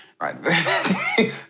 right